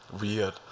weird